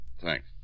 Thanks